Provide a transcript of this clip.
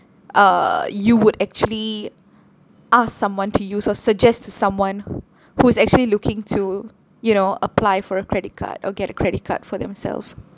uh you would actually ask someone to use or suggest to someone who~ who's actually looking to you know apply for a credit card or get a credit card for themselves